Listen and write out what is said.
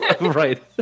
Right